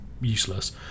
useless